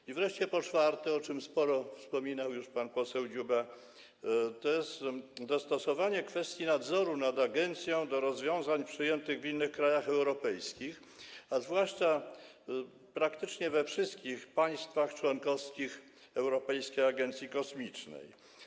I wreszcie po czwarte - sporo mówił już o tym pan poseł Dziuba - dostosowanie kwestii nadzoru nad agencją do rozwiązań przyjętych w innych krajach europejskich, zwłaszcza praktycznie we wszystkich państwach członkowskich Europejskiej Agencji Kosmicznej.